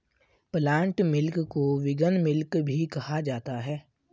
plant milk को vegan milk भी कहा जाता है